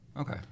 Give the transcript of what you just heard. Okay